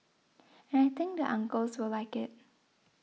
and I think the uncles will like it